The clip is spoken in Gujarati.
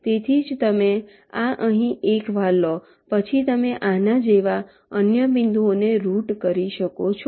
તેથી જ તમે આ અહીં એકવાર કરી લો પછી તમે આના જેવા અન્ય બિંદુઓને રૂટ કરી શકો છો